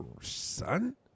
Son